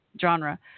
genre